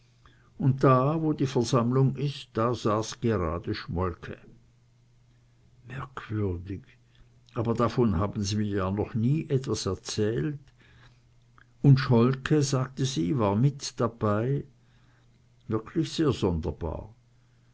und da wo die vernehmung is da gerade saß schmolke merkwürdig aber davon haben sie mir ja noch nie was erzählt und schmolke sagen sie war mit dabei wirklich sehr sonderbar